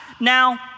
Now